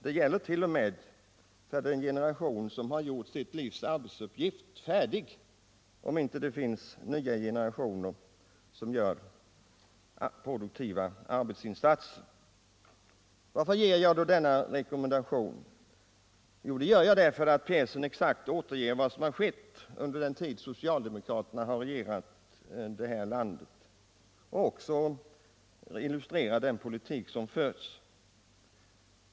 Det gäller inte ens för den generation som har gjort sitt livs arbetsuppgift färdig. om det inte finns nya generationer som gör produktiva arbetsinsatser. Varför ger jag denna rekommendation? Jo, därför att pjäsen exakt återger vad som har skett under den tid då socialdemokraterna har regerat detta land och illustrerar den politik som har förts.